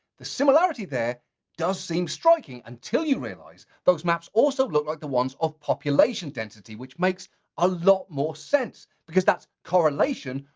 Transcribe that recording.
the similarity there does seem striking, until you realize, those maps also look like the ones of population density, which makes a lot more sense. because that's correlation,